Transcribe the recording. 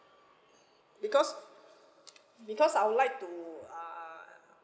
because because I would like to err